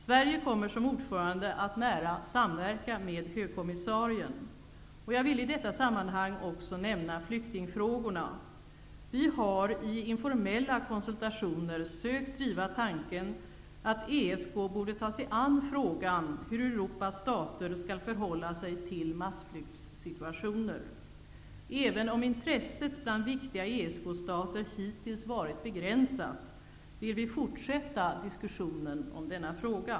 Sverige kommer som ordförande att nära samverka med högkommissarien. Jag vill i detta sammanhang också nämna flyktingfrågorna. Vi har i informella konsultationer sökt driva tanken att ESK borde ta sig an frågan hur Europas stater skall förhålla sig till massflyktssituationer. Även om intresset bland viktiga ESK-stater hittills varit begränsat, vill vi fortsätta diskussionen om denna fråga.